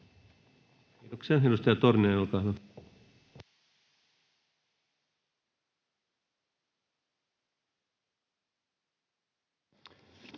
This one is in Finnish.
Kiitoksia.